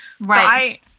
Right